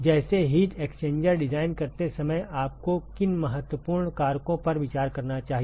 जैसे heat exchanger design करते समय आपको किन महत्वपूर्ण कारकों पर विचार करना चाहिए